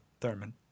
Thurman